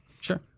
sure